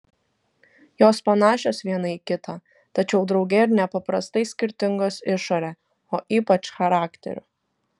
jos panašios viena į kitą tačiau drauge ir nepaprastai skirtingos išore o ypač charakteriu